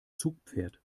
zugpferd